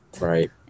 Right